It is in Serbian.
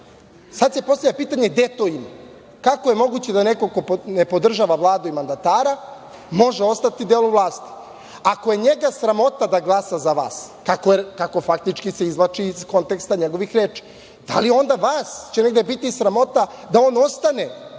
Sad se postavlja pitanje, gde to ima? Kako je moguće da neko ko ne podržava Vladu i mandatara, može ostati deo vlasti. Ako je njega sramota da glasa za vas, kako faktički se izvlači iz konteksta njegovih reči, da li ona vas će onda biti sramota da on ostane